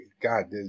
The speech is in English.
God